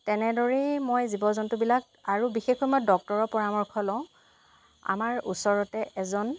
তেনেদৰেই মই জীৱ জন্তুবিলাক আৰু বিশেষকৈ মই ডক্তৰৰ পৰামৰ্শ লওঁ আমাৰ ওচৰতে এজন